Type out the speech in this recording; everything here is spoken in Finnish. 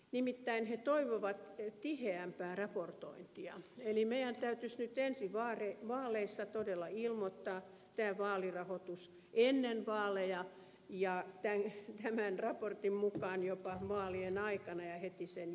nimittäin he toivovat tiheämpää raportointia eli meidän täytyisi nyt ensi vaaleissa todella ilmoittaa tämä vaalirahoitus ennen vaaleja ja tämän raportin mukaan jopa vaalien aikana ja heti sen jälkeen